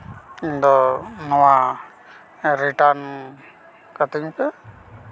ᱤᱧᱫᱚ ᱱᱚᱣᱟ ᱨᱤᱴᱟᱨᱱ ᱠᱟᱹᱛᱤᱧ ᱯᱮ